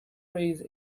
rays